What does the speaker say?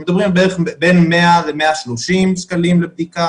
אנחנו מדברים על בין 100 ל-130 שקלים לבדיקה.